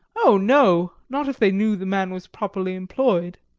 oh, no! not if they knew the man was properly employed.